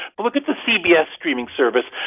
but look at the cbs streaming service.